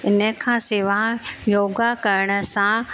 इन खां सवाइ योगा करण सां